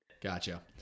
Gotcha